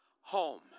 home